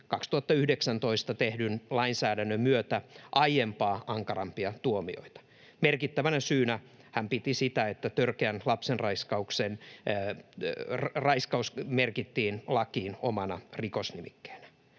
2019 tehdyn lainsäädännön myötä aiempaa ankarampia tuomioita. Merkittävänä syynä hän piti sitä, että törkeä lapsenraiskaus merkittiin lakiin omana rikosnimikkeenä.